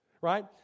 Right